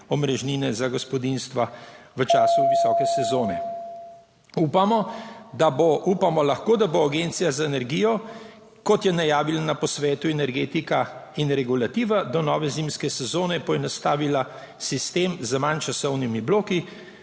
omrežnine za gospodinjstva v času visoke sezone. Upamo lahko, da bo Agencija za energijo, kot je najavila na posvetu Energetika in regulativa, do nove zimske sezone poenostavila sistem z manj časovnimi bloki,